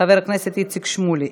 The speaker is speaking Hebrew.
חבר הכנסת איציק שמולי,